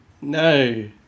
no